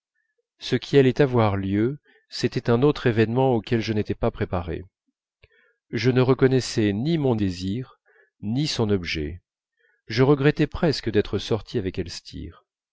ce qui allait avoir lieu c'était un autre événement auquel je n'étais pas préparé je ne reconnaissais ni mon désir ni son objet je regrettais presque d'être sorti avec